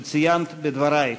שציינת בדברייך.